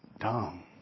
dumb